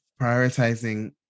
prioritizing